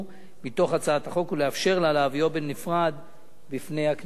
מתוך הצעת החוק ולאפשר לה להביאו בנפרד בפני הכנסת.